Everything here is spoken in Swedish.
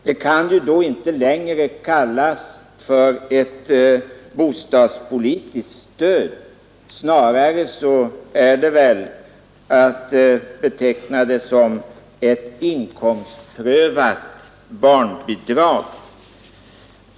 Det kan då inte längre kallas ett bostadspolitiskt stöd. Snarare är det att beteckna som ett inkomstprövat barnbidrag.